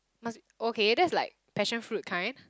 okay that's like passionfruit kind